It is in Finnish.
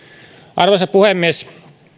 arvoisa puhemies